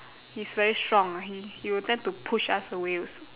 he's very strong he he will tend to push us away also